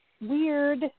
weird